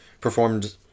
performed